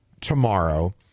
tomorrow